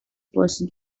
person